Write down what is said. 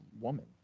woman